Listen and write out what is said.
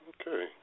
Okay